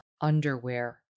underwear